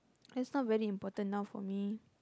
is not very important now for me